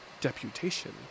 deputation